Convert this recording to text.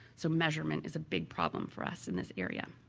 so measurement is a big problem for us in this area.